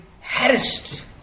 harassed